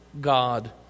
God